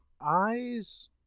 Eyes